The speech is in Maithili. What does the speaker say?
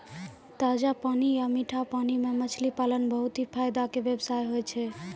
ताजा पानी या मीठा पानी मॅ मछली पालन बहुत हीं फायदा के व्यवसाय होय छै